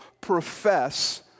profess